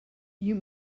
you